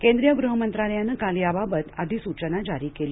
केंद्रीय गृह मंत्रालयानं काल याबाबत अधिसूचना जारी केली